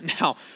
Now